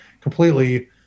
completely